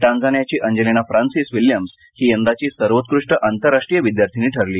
टांझानियाची Angelina Francis Williams ही यंदाची सर्वोत्कृष्ट आंतरराष्ट्रीय विद्यार्थिनी ठरली